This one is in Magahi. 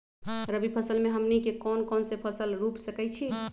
रबी फसल में हमनी के कौन कौन से फसल रूप सकैछि?